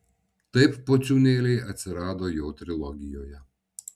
taip pociūnėliai atsirado jo trilogijoje